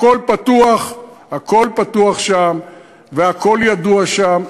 הכול פתוח שם והכול ידוע שם.